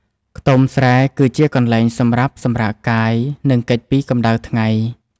ខ្ទមស្រែគឺជាកន្លែងសម្រាប់សម្រាកកាយ និងគេចពីកំដៅថ្ងៃ។